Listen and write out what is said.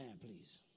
please